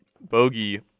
bogey